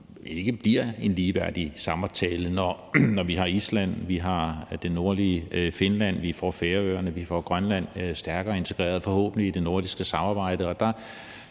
ikke bliver en ligeværdig samtale, når vi har Island og vi har det nordlige Finland, og når vi får Færøerne og vi får Grønland stærkere integreret, forhåbentlig, i det nordiske samarbejde. Der